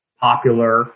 popular